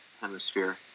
hemisphere